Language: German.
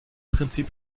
prinzip